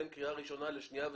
בין קריאה ראשונה לשנייה ושלישית.